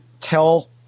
tell